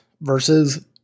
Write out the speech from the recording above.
versus